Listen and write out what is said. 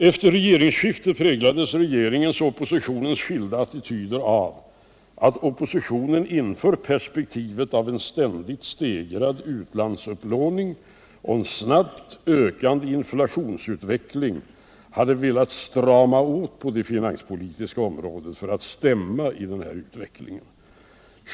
Efter regeringsskiftet präglades regeringens och oppositionens skilda attityder av att oppositionen inför perspektivet av en ständigt stegrad utlandsupplåning och en snabbt ökande inflationsutveckling hade velat strama åt på det finanspolitiska området för att stämma i den här utvecklingen.